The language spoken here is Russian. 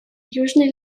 южный